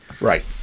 Right